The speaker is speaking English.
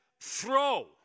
throw